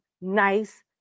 nice